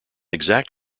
exact